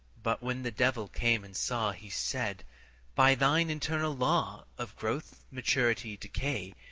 but when the devil came and saw he said by thine eternal law of growth, maturity, decay,